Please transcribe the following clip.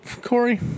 Corey